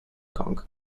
kong